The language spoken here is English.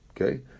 Okay